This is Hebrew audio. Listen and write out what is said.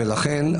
ולכן,